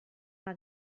una